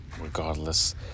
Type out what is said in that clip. regardless